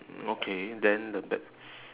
mm okay then the bet~